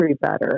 better